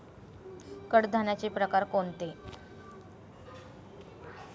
कडधान्याचे प्रकार कोणते?